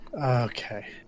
Okay